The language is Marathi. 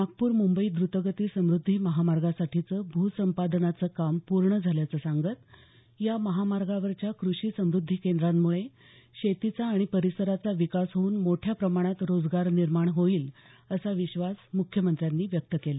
नागपूर मुंबई द्रतगती समुद्धी महामार्गासाठीचं भूसंपादनाचं काम पूर्ण झाल्याचं सांगत या महामार्गावरच्या कृषी समुद्धी केंद्रांमुळे शेतीचा आणि परिसराचा विकास होऊन मोठ्या प्रमाणात रोजगार निर्माण होईल असा विश्वास मुख्यमंत्र्यांनी व्यक्त केला